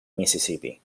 misisipi